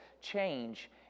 change